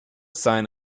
sign